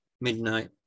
midnight